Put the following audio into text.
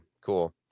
cool